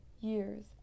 years